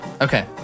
Okay